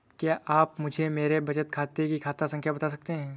क्या आप मुझे मेरे बचत खाते की खाता संख्या बता सकते हैं?